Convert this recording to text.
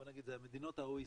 בוא נגיד מדינות ה-OECD.